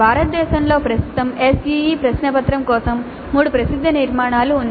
భారతదేశంలో ప్రస్తుతం SEE ప్రశ్నపత్రం కోసం 3 ప్రసిద్ధ నిర్మాణాలు ఉన్నాయి